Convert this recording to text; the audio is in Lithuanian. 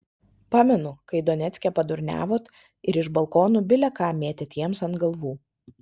pamenu kai donecke padurniavot ir iš balkonų bile ką mėtėt jiems ant galvų